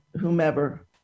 whomever